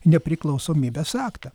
nepriklausomybės aktą